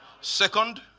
second